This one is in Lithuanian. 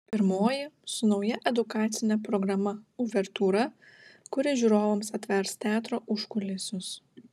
pirmoji su nauja edukacine programa uvertiūra kuri žiūrovams atvers teatro užkulisius